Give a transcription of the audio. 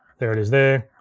there it is there.